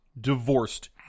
divorced